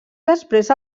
després